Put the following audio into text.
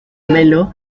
melo